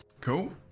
Cool